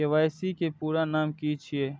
KYC के पूरा नाम की छिय?